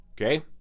Okay